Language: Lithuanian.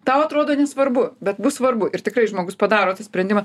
tau atrodo nesvarbu bet bus svarbu ir tikrai žmogus padaro apsisprendimą